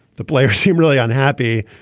the players seem really unhappy.